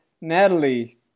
Natalie